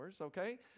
okay